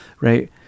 Right